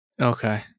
Okay